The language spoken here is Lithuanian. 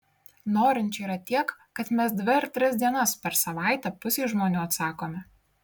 norinčių yra tiek kad mes dvi ar tris dienas per savaitę pusei žmonių atsakome